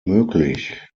möglich